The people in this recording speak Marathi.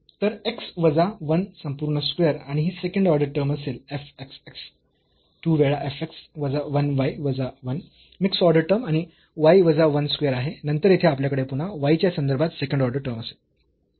तर x वजा 1 संपूर्ण स्क्वेअर आणि ही सेकंड ऑर्डर टर्म असेल f xx 2 वेळा f x वजा 1 y वजा 1 मिक्स्ड ऑर्डर टर्म आणि y वजा 1 स्क्वेअर आहे नंतर येथे आपल्याकडे पुन्हा y च्या संदर्भात सेकंड ऑर्डर टर्म असेल